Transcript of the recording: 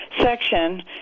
Section